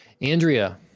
Andrea